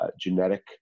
genetic